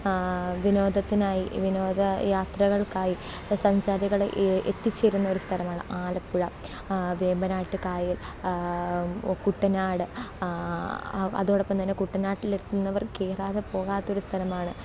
വിനോദത്തിനായി വിനോദ യാത്രകൾക്കായി സഞ്ചാരികൾ എത്തിച്ചിരുന്നൊരു സ്ഥലമാണ് ആലപ്പുഴ വേമ്പനാട്ട് കായൽ കുട്ടനാട് അതോടൊപ്പം തന്നെ കുട്ടനാട്ടിൽ എത്തുന്നവർ കയറാതെ പോകാത്തൊരു സ്ഥലമാണ്